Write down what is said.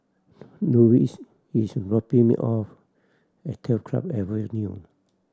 Lexis is dropping me off at Turf Club Avenue